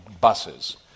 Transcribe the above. buses